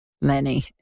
Lenny